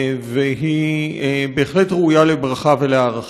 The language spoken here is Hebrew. והיא בהחלט ראויה לברכה ולהערכה.